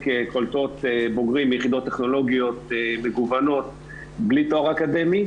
קולטות בוגרים מיחידות טכנולוגיות מגוונות בלי תואר אקדמי.